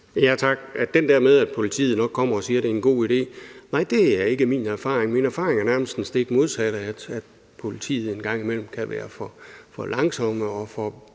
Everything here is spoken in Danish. (V): Tak. Den der med, at politiet nok kommer og siger, at det er en god idé, er ikke min erfaring. Min erfaring er nærmest det stik modsatte, altså at politiet en gang imellem kan være for langsomme og for